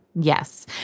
Yes